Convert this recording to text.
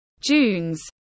Dunes